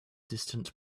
distant